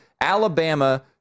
Alabama